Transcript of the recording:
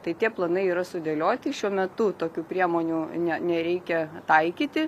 tai tie planai yra sudėlioti šiuo metu tokių priemonių ne nereikia taikyti